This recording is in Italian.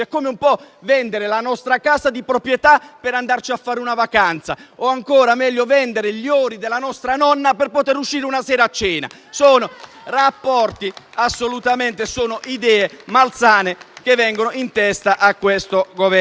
vendere la nostra casa di proprietà per andarci a fare una vacanza o, ancora meglio, vendere gli ori della nostra nonna per poter uscire una sera a cena. *(Applausi dal Gruppo FI-BP)*. Sono idee malsane che vengono in testa a questo Governo.